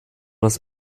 das